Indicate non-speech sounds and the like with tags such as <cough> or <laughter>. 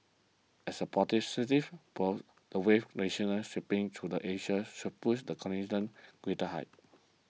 as a <unintelligible> force the wave nationalize sweeping through the Asia should push the continent greater heights